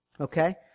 okay